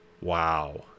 wow